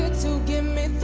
to get me